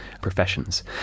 professions